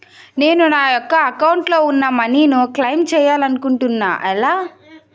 నేను నా యెక్క అకౌంట్ లో ఉన్న మనీ ను క్లైమ్ చేయాలనుకుంటున్నా ఎలా?